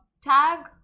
tag